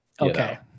Okay